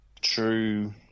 True